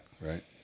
right